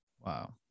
Wow